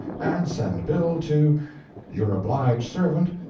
and send bill to your obliged servant,